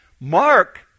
Mark